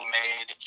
made